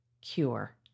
cure